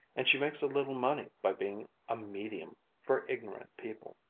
and she makes a little money by being a medium for ignorant people.